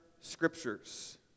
scriptures